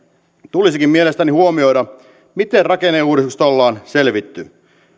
tulisikin mielestäni huomioida miten rakenneuudistuksesta on selvitty